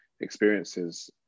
experiences